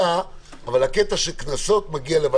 אמרתי לחברי הכנסת שאין הצעות לסדר.